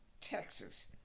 Texas